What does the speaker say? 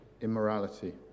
immorality